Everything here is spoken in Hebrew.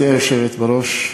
גברתי היושבת בראש,